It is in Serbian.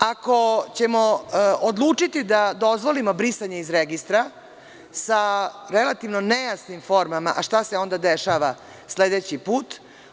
Ako ćemo odlučiti da dozvolimo brisanje iz registra sa relativno nejasnim formama, šta se onda dešava sledeći put?